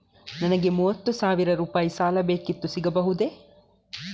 ನನಗೆ ಮೂವತ್ತು ಸಾವಿರ ರೂಪಾಯಿ ಸಾಲ ಬೇಕಿತ್ತು ಸಿಗಬಹುದಾ?